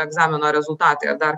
egzamino rezultatai ar dar